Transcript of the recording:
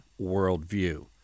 worldview